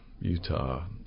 Utah